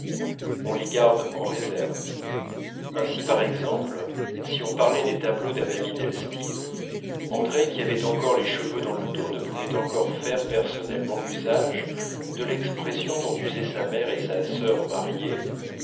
on les garde en réserve ainsi par exemple si on parlait des tableaux d'un ami d'elstir andrée qui avait encore les cheveux dans le dos ne pouvait encore faire personnellement usage de l'expression dont usaient sa mère et sa sœur mariée